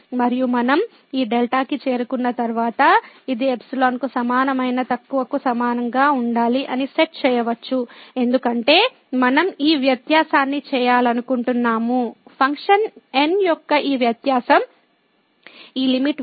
మరియు మనం ఈ δ కి చేరుకున్న తర్వాత ఇది ϵ కు సమానమైన తక్కువకు సమానంగా ఉండాలి అని సెట్ చేయవచ్చు ఎందుకంటే మనం ఈ వ్యత్యాసాన్ని చేయాలనుకుంటున్నాము ఫంక్షన్ N యొక్క ఈ వ్యత్యాసం ఈ లిమిట్ విలువ ϵ కన్నా తక్కువ